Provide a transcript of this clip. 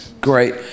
Great